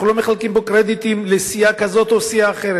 אנחנו לא מחלקים פה קרדיטים לסיעה כזאת או לסיעה אחרת,